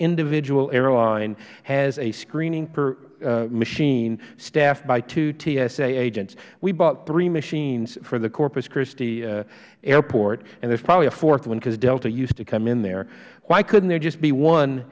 individual airline has a screening machine staffed by two tsa agents we bought three machines for the corpus christi airport and there is probably a fourth one because delta used to come in there why couldn't there just be one